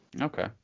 Okay